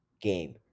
game